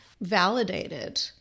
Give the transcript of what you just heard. validated